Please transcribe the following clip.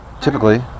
typically